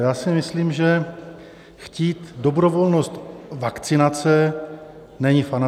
Já si myslím, že chtít dobrovolnost vakcinace není fanatismus.